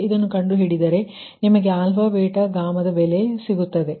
ಇದನ್ನು ಕಂಡು ಹಿಡಿದರೆ ನಿಮಗೆ ಬೆಲೆ ಸಿಗುತ್ತದೆ